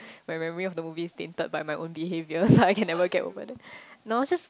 my memory of the movie is tainted by my own behavior so I can never get over that no it's just